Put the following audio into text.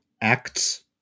acts